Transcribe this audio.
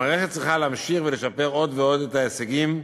המערכת צריכה להמשיך ולשפר עוד ועוד את ההישגים.